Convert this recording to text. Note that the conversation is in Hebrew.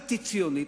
אנטי-ציונית,